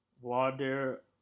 water